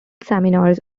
seminars